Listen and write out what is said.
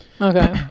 Okay